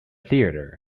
theater